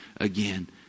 again